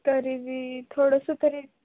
तरी बी थोडंसं तरी